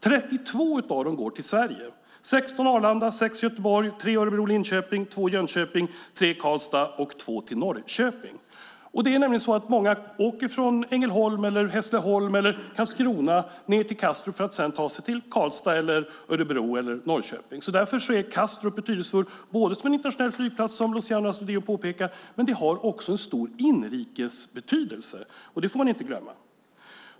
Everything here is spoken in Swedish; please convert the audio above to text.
32 av dem går till Sverige: 16 Arlanda, 6 Göteborg, 3 Örebro och Linköping, 2 Jönköping, 3 Karlstad och 2 Norrköping. Många åker nämligen från Ängelholm, Hässleholm eller Karlskrona ned till Kastrup för att sedan ta sig till Karlstad, Örebro eller Norrköping. Därför är Kastrup betydelsefull som en internationell flygplats, som Luciano Astudillo påpekar, men den har också stor inrikes betydelse. Det får man inte glömma.